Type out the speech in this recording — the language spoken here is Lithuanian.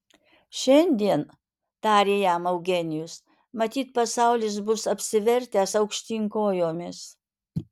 šiandien tarė jam eugenijus matyt pasaulis bus apsivertęs aukštyn kojomis